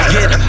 Get